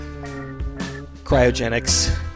Cryogenics